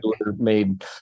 made